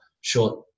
short